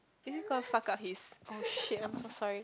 is it going to fuck up his oh shit I'm so sorry